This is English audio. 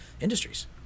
industries